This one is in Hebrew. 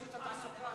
שירות התעסוקה,